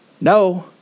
no